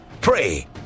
pray